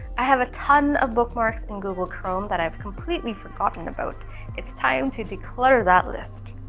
i have a ton of bookmarks in google chrome that i've completely forgotten about it's time to declare that list.